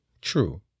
True